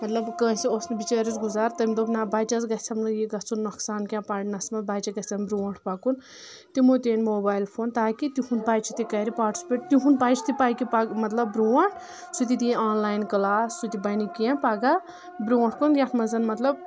مطلب کٲنٛسہِ اوس نہٕ بچٲرِس گُزار تٔمۍ دوٚپ نہ بچس گژھٮ۪م نہٕ یہِ گژھُن نۄقصان کینٛہہ پرنس منٛز بچہِ گژھٮ۪م برٛونٛٹھ پکُن تِمو تہِ أنۍ موبایل فون تاکہِ تِہُنٛد بچہِ تہِ کرِ پاٹسپیٹ تِہُنٛد بچہِ تہِ پکہِ مطلب برٛونٛٹھ سُہ تہِ دِیہِ آن لاین کلاس سُہ تہِ بنہِ کینٛہہ پگہہ برٛونٛٹھ کُن یتھ منٛز مطلب